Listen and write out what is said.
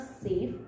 safe